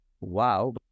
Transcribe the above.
wow